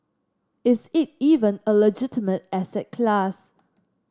is it even a legitimate asset class